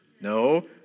No